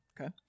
Okay